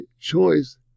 choice